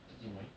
自己买